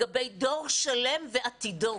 לגבי דור שלם ועתידו,